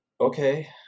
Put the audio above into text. okay